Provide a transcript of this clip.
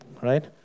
Right